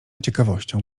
ciekawością